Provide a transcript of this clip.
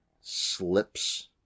slips